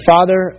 Father